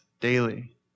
daily